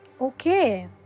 Okay